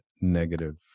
negative